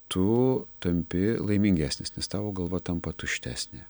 tu tampi laimingesnis nes tavo galva tampa tuštesnė